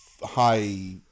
high